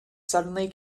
suddenly